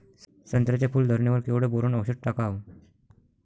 संत्र्याच्या फूल धरणे वर केवढं बोरोंन औषध टाकावं?